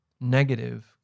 negative